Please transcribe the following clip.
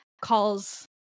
calls